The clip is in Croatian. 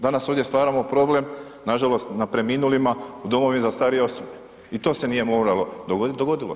Danas ovdje stvaramo problem nažalost na preminulima u domovima za starije osobe i to se nije moralo dogoditi, dogodilo se.